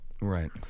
Right